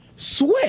sweat